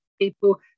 people